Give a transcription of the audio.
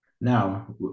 Now